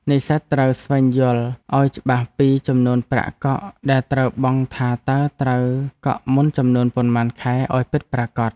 និស្សិតត្រូវស្វែងយល់ឱ្យច្បាស់ពីចំនួនប្រាក់កក់ដែលត្រូវបង់ថាតើត្រូវកក់មុនចំនួនប៉ុន្មានខែឱ្យពិតប្រាកដ។